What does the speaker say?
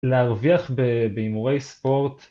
להרוויח בהימורי ספורט